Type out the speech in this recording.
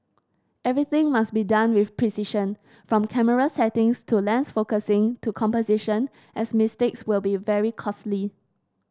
everything must be done with precision from camera settings to lens focusing to composition as mistakes will be very costly